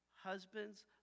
Husbands